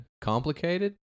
complicated